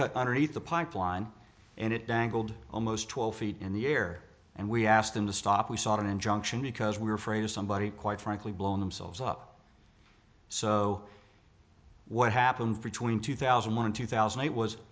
cut underneath the pipeline and it dangled almost twelve feet in the air and we asked them to stop we saw an injunction because we were afraid of somebody quite frankly blown themselves up so what happened between two thousand and two thousand it was